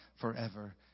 forever